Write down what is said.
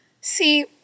See